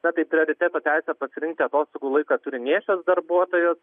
na tai prioriteto teisę pasirinkti atostogų laiką turi nėščios darbuotojos